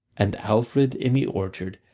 and alfred in the orchard,